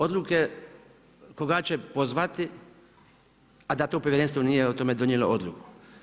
Odluke koga će pozvati a da to povjerenstvo nije o tome donijelo odluku.